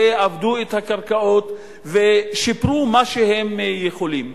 עיבדו את הקרקעות ושיפרו מה שהם יכולים.